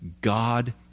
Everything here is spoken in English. God